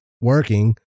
working